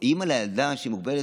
רואים על הילדה שהיא מוגבלת?